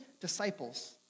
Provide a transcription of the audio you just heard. disciples